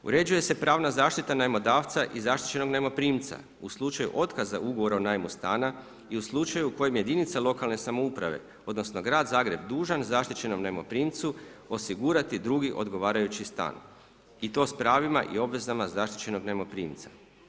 Uređuje se pravna zaštita najmodavca i zaštićenog najmoprimca u slučaju otkaza ugovora o najmu stana i u slučaju u kojem jedinice lokalne samouprave, odnosno grad Zagreb dužan zaštićenom najmoprimcu osigurati drugi odgovarajući stan i to s pravima i obvezama zaštićenog najmoprimca.